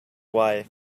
wife